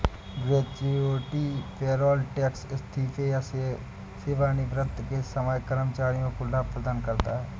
gratuity payroll tax इस्तीफे या सेवानिवृत्ति के समय कर्मचारी को लाभ प्रदान करता है